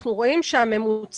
אנחנו רואים שהממוצע: